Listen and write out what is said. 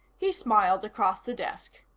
he smiled across the desk.